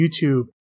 YouTube